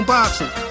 Boxing